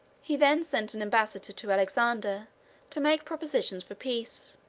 he then sent an embassador to alexander to make propositions for peace.